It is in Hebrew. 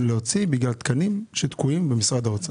להוציא בגלל תקנים שתקועים במשרד האוצר.